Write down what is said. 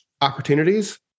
opportunities